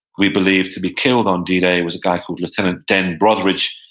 we believe, to be killed on d-day was guy called lieutenant dan brotheridge,